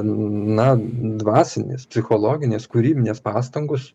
na dvasinės psichologinės kūrybinės pastangos